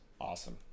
Awesome